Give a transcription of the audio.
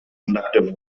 conductive